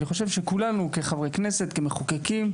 ואני חושב שכולנו, כחברי כנסת וכמחוקקים,